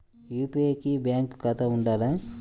UPI కి bank ఖాతా ఉండాల?